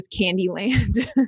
Candyland